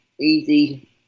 easy